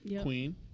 Queen